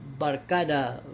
barcada